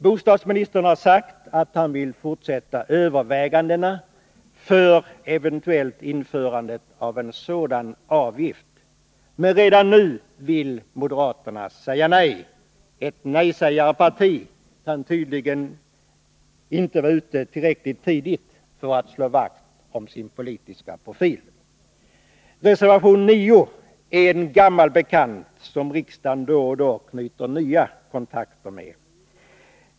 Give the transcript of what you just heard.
Bostadsministern har sagt att han vill fortsätta att överväga ett eventuellt införande av en sådan avgift. Men redan nu vill moderaterna säga nej. Ett nej-sägarparti kan tydligen inte vara ute tillräckligt tidigt för att slå vakt om sin politiska profil. Reservation 9 är en gammal bekant, som riksdagen då och då knyter nya kontakter med.